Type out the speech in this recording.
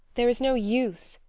there is no use,